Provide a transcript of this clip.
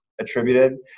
attributed